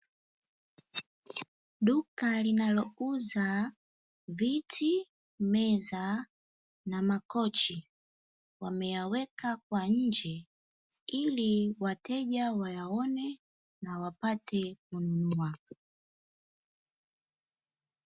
Duka linalouza viti meza na makochi wameyaweka kwa nje, ili wateja wayaone na wapate kununua